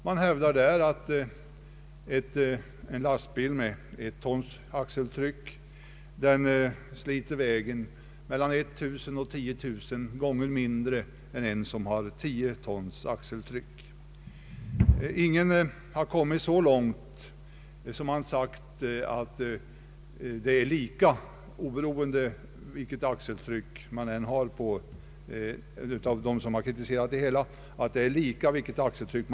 Man hävdar att en lastbil med ett tons axeltryck sliter vägen mellan 19000 och 10 000 gånger mindre än en bil med 10 tons axeltryck. Av dem som kritiserat utskottet har ingen gått så långt att man sagt att slitaget är oberoende av axeltrycket.